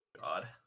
God